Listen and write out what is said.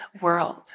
world